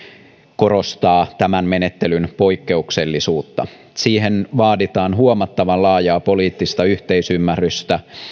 korostaa tämän menettelyn poikkeuksellisuutta siihen vaaditaan huomattavan laajaa poliittista yhteisymmärrystä